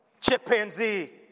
chimpanzee